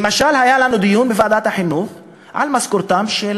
למשל, היה לנו דיון בוועדת החינוך על משכורתם של